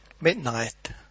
Midnight